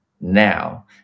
now